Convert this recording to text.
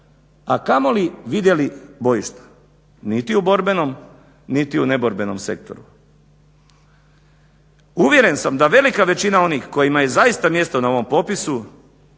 a kamoli vidjeli bojišta niti u borbenom niti u neborbenom sektoru. Uvjeren sam da velika većina onih kojima je zaista mjesto na ovom popisu